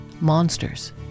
Monsters